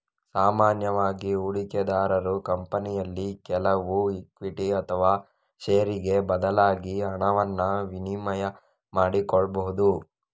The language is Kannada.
ಸಾಮಾನ್ಯವಾಗಿ ಹೂಡಿಕೆದಾರರು ಕಂಪನಿಯಲ್ಲಿ ಕೆಲವು ಇಕ್ವಿಟಿ ಅಥವಾ ಷೇರಿಗೆ ಬದಲಾಗಿ ಹಣವನ್ನ ವಿನಿಮಯ ಮಾಡಿಕೊಳ್ಬಹುದು